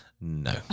No